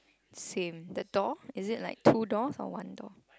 same the door is it like two doors or one door